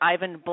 Ivan